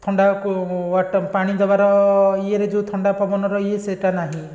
ଥଣ୍ଡାକୁ water ପାଣି ଦେବାର ଇଏରେ ଯେଉଁ ଥଣ୍ଡା ପବନର ଇଏ ସେଇଟା ନାହିଁ